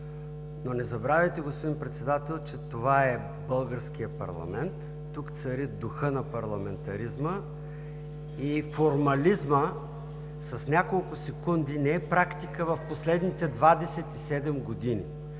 но не забравяйте, господин Председател, че това е българският парламент, тук цари духът на парламентаризма и формализмът с няколко секунди не е практика в последните 27 години.